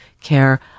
care